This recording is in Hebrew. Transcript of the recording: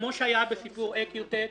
כפי שהיה בסיפור "איקיוטק",